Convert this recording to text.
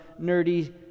nerdy